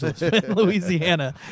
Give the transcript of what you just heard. louisiana